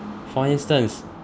for instance